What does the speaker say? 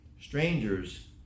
strangers